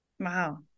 Wow